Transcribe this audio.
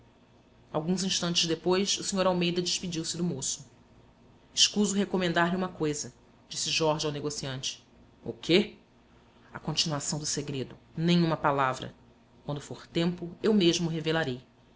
alguns instantes depois o sr almeida despediu-se do moço escuso recomendar lhe uma coisa disse jorge ao negociante o quê a continuação do segredo nem uma palavra quando for tempo eu mesmo o revelarei